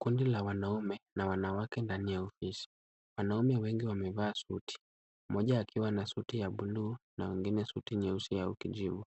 Kundi la wanaume na wanawake ndani ya ofisi. Wanaume wengi wamevaa suti, mmoja akiwa na suti ya buluu na mwingine suti nyeusi au kijivu.